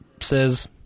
says